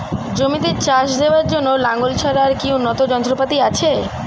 জমিতে চাষ দেওয়ার জন্য লাঙ্গল ছাড়া আর কি উন্নত যন্ত্রপাতি আছে?